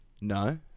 No